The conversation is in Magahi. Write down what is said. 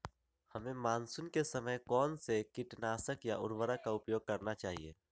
हमें मानसून के समय कौन से किटनाशक या उर्वरक का उपयोग करना चाहिए?